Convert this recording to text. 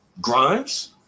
Grimes